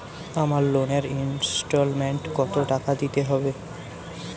আমার লোনের ইনস্টলমেন্টৈ কত টাকা দিতে হবে?